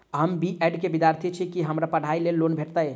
हम B Ed केँ विद्यार्थी छी, की हमरा पढ़ाई लेल लोन भेटतय?